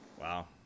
Wow